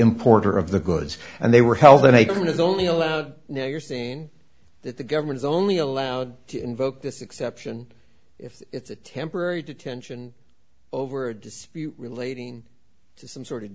importer of the goods and they were held in a can is only allowed now you're saying that the government is only allowed to invoke this exception if it's a temporary detention over a dispute relating to some sort of